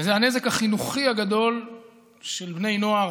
וזה הנזק החינוכי הגדול של בני נוער,